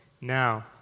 now